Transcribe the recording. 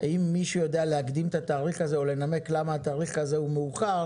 ואם מישהו יודע להקדים את התאריך או לנמק למה התאריך הזה מאוחר